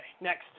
next